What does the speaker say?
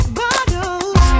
bottles